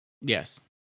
Yes